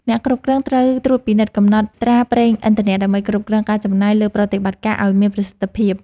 អ្នកគ្រប់គ្រងត្រូវត្រួតពិនិត្យកំណត់ត្រាប្រេងឥន្ធនៈ ដើម្បីគ្រប់គ្រងការចំណាយលើប្រតិបត្តិការឱ្យមានប្រសិទ្ធភាព។